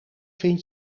vind